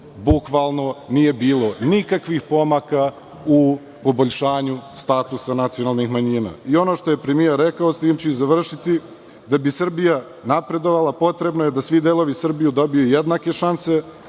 meseci nije bilo nikakvih pomaka u poboljšanju statusa nacionalnih manjina. Ono što je premijer rekao, s tim ću i završiti, da bi Srbija napredovala potrebno je da svi delovi Srbije dobiju jednake šanse